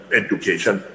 education